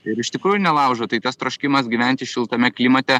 ir iš tikrųjų nelaužo tai tas troškimas gyventi šiltame klimate